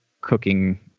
cooking